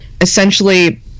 essentially